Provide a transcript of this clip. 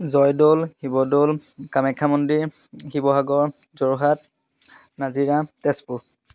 জয়দৌল শিৱদৌল কামাখ্যা মন্দিৰ শিৱসাগৰ যোৰহাট নাজিৰা তেজপুৰ